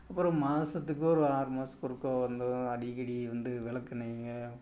அப்புறம் மாதத்துக்கு ஒரு ஆறு மாதத்துக்கு ஒருக்கா வந்து அடிக்கடி வந்து விளக்கெண்ணெயை